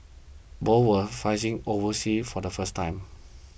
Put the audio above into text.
both were fighting overseas for the first time